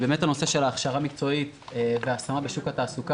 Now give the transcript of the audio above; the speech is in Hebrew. נושא ההכשרה המקצועית וההשמה בשוק התעסוקה